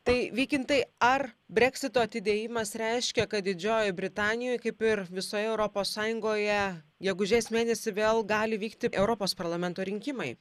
tai vykintai ar breksito atidėjimas reiškia kad didžiojoj britanijoj kaip ir visoje europos sąjungoje gegužės mėnesį vėl gali vykti europos parlamento rinkimai